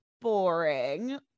boring